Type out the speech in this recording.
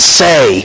say